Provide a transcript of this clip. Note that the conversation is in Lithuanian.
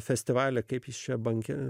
festivalį kaip jis čia banke